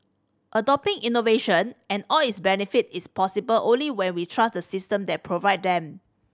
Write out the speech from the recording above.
adopting innovation and all its benefit is possible only when we trust the system that provide them